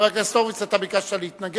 חבר הכנסת הורוביץ, אתה ביקשת להתנגד?